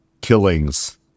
killings